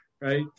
right